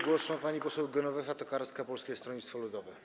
Głos ma pani poseł Genowefa Tokarska, Polskie Stronnictwo Ludowe.